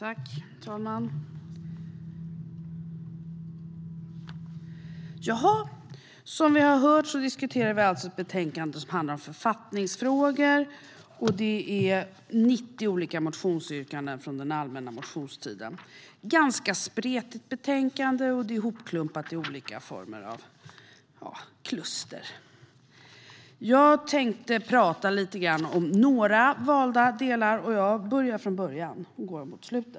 Herr talman! Som vi har hört diskuterar vi alltså ett betänkande som handlar om författningsfrågor, och det behandlar 90 olika motionsyrkanden från den allmänna motionstiden. Det är ett ganska spretigt betänkande, och det är hopklumpat i olika former av kluster. Jag tänkte tala lite grann om några valda delar, och jag börjar från början i punkterna och går mot slutet.